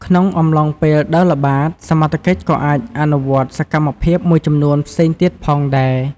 ក្នុងអំឡុងពេលដើរល្បាត សមត្ថកិច្ចក៏អាចអនុវត្តសកម្មភាពមួយចំនួនផ្សេងទៀតផងដែរ។